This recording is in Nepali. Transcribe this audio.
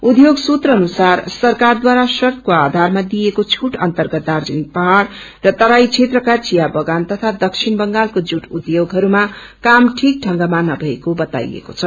उध्योग सूत्र अनुसार सरकारदारा शर्तको आधारमा दिएको फूट अर्न्तगत दार्जीलिङ पाझड़ र तराई क्षेत्रका विया बगान तथा दक्षिण बंगालको जूट उध्योगहरूमा काम ठीक ढत्रंगमा नभएको बताईएको छ